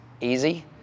easy